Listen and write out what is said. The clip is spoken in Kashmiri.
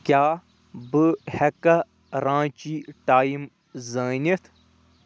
کیاہ بہٕ ہٮ۪کہ رانچی ٹایم زٲنِتھ